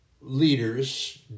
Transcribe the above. leaders